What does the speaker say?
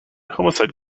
homicide